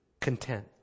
content